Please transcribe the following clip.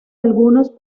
algunos